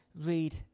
read